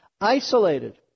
isolated